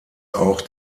auch